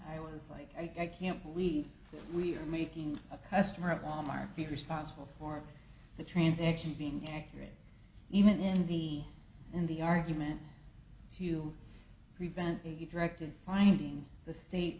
i was like i can't believe we're making a customer at wal mart be responsible for the transaction being accurate even in the in the argument to prevent the directive finding the state